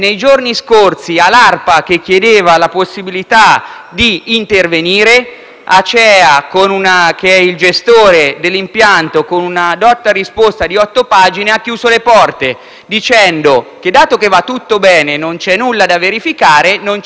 possibilità di intervenire, l'Acea, che è il gestore dell'impianto, con una dotta risposta di 8 pagine ha chiuso le porte, dicendo che, dato che va tutto bene e non c'è nulla da verificare, non c'è bisogno di utilizzare il georadar.